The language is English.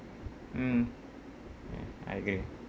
mm mm okay